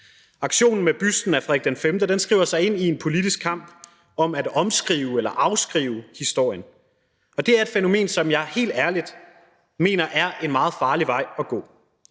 Aktionen med busten af Frederik V skriver sig ind i en politisk kamp om at omskrive eller afskrive historien, og det er et fænomen, som jeg helt ærligt mener er en meget farlig vej at gå.